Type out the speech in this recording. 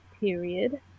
period